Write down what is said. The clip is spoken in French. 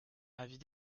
avis